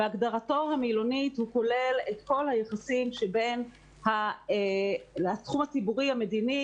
בהגדרתו המילונית הוא כולל את כל היחסים שבתחום הציבורי והמדיני.